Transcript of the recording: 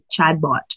chatbot